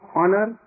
honor